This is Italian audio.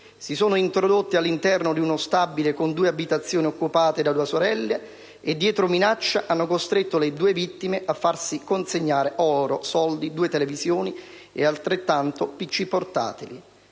si sono introdotti in uno stabile con due abitazioni occupate da due sorelle e, dietro minaccia, hanno costretto le vittime a farsi consegnare oro, soldi, due televisioni e altrettanti *personal